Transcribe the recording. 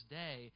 day